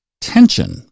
tension